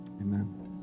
amen